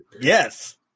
yes